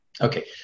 Okay